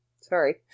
Sorry